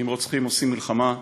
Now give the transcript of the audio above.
עם רוצחים עושים מלחמה,